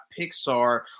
Pixar